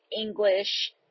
English